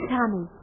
Tommy